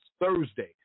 Thursday